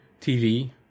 TV